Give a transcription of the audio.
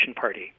party